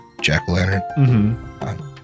jack-o'-lantern